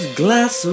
glass